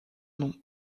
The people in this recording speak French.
nom